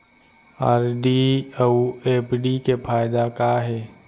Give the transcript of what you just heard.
RD अऊ FD के फायेदा का हे?